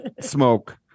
smoke